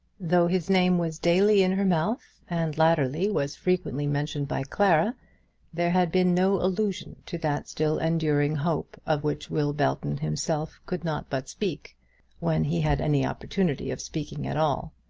though his name was daily in her mouth and latterly, was frequently mentioned by clara there had been no allusion to that still enduring hope of which will belton himself could not but speak when he had any opportunity of speaking at all.